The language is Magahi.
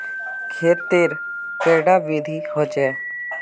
खेत तेर कैडा विधि होचे?